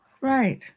Right